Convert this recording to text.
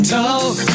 talk